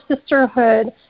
Sisterhood –